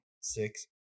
six